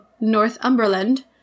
Northumberland